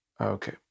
Okay